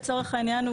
לצורך העניין,